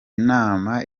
nama